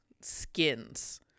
skins